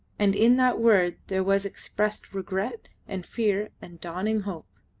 and in that word there was expressed regret and fear and dawning hope.